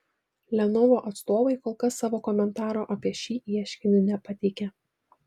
lenovo atstovai kol kas savo komentaro apie šį ieškinį nepateikė